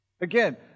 Again